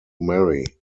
marry